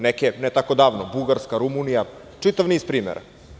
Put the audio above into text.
Neke ne tako davno Bugarska, Rumunija, čitav niz primera.